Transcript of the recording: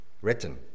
written